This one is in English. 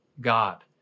God